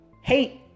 Hate